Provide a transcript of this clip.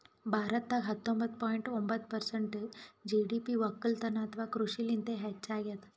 ಭಾರತದಾಗ್ ಹತ್ತೊಂಬತ್ತ ಪಾಯಿಂಟ್ ಒಂಬತ್ತ್ ಪರ್ಸೆಂಟ್ ಜಿ.ಡಿ.ಪಿ ವಕ್ಕಲತನ್ ಅಥವಾ ಕೃಷಿಲಿಂತೆ ಹೆಚ್ಚಾಗ್ಯಾದ